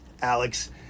Alex